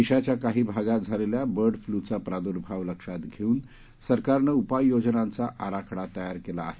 देशाच्या काही भागात झालेल्या बर्ड फ्ल्यूचा प्रादूर्भाव लक्षात घेऊन सरकारनं उपाययोजनांचा आराखडा तयार केला आहे